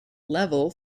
level